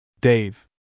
Dave